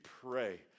pray